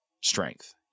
strength